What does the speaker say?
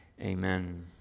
Amen